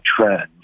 trend